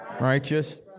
Righteous